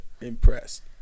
Impressed